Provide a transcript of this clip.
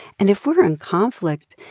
and if we're in conflict,